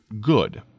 good